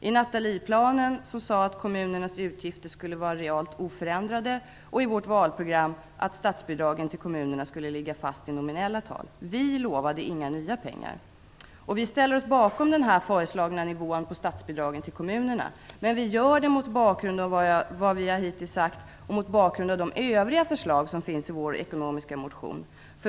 I Nathalieplanen sade vi att kommunernas utgifter skulle vara realt oförändrade, och i vårt valprogram sade vi att statsbidragen till kommunerna skulle ligga fast i nominella tal. Vi lovade inga nya pengar. Vi ställer oss bakom den föreslagna nivån på statsbidragen till kommunerna. Men vi gör det mot bakgrund av vad vi hittills har sagt och mot bakgrund av de övriga förslagen i vår ekonomiska motion.